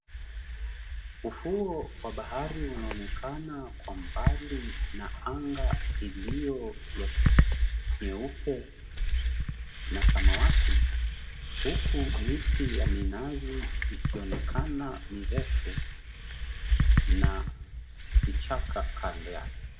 Ufuo wa bahari unaonekana kwa mbali, na anga iliyo nyeupe na samawati. Huku miti ya minazi ikionekana mirefu, na vichaka kando yake.